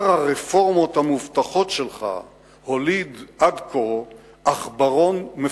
הר הרפורמות המובטחות שלך הוליד עד כה עכברון מפוחד,